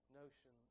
notion